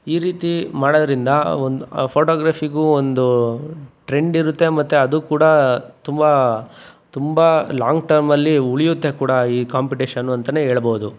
ಈ ರೀತಿ ಮಾಡೋದ್ರಿಂದ ಒಂದು ಫೋಟೋಗ್ರಫಿಗೂ ಒಂದು ಟ್ರೆಂಡ್ ಇರುತ್ತೆ ಮತ್ತು ಅದೂ ಕೂಡ ತುಂಬ ತುಂಬ ಲಾಂಗ್ ಟರ್ಮಲ್ಲಿ ಉಳಿಯುತ್ತೆ ಕೂಡ ಈ ಕಾಂಪಿಟೇಷನು ಅಂತನೆ ಹೇಳ್ಬೋದು